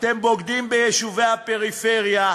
אתם בוגדים ביישובי הפריפריה.